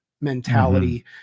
mentality